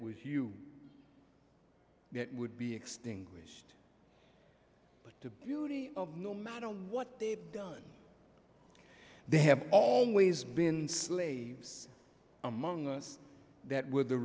was you that would be extinguished but to beauty of no matter what they've done they have always been slaves among us that were the